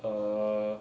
err